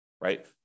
right